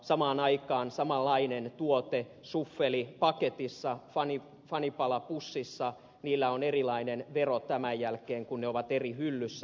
samaan aikaan samanlaisella tuotteella suffeli paketissa fanipala pussissa on erilainen vero tämän jälkeen kun ne ovat eri hyllyssä